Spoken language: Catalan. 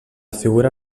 figura